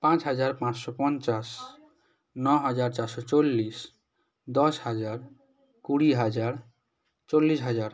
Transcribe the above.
পাঁচ হাজার পাঁচশো পঞ্চাশ ন হাজার চারশো চল্লিশ দশ হাজার কুড়ি হাজার চল্লিশ হাজার